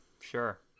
sure